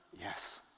Yes